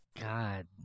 god